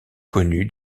connu